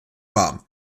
warm